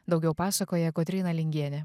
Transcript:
daugiau pasakoja kotryna lingienė